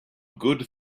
good